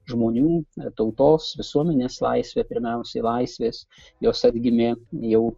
žmonių tautos visuomenės laisvė pirmiausiai laisvės jos atgimė jau